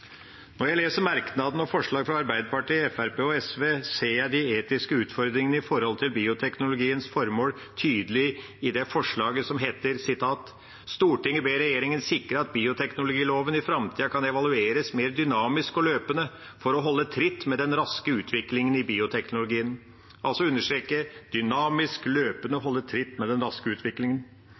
jeg leser merknadene og forslag til vedtak fra Arbeiderpartiet, Fremskrittspartiet og SV, ser jeg de etiske utfordringene i forhold til bioteknologiens formål tydelig i det forslaget som lyder: «Stortinget ber regjeringen sikre at bioteknologiloven i framtiden kan evalueres mer dynamisk og løpende for å holde tritt med den raske utviklingen i bioteknologien.» – Altså, de understreker «dynamisk», «løpende» og «holde tritt med den raske utviklingen».